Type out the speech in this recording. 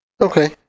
Okay